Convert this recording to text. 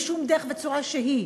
בשום דרך וצורה שהיא,